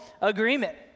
agreement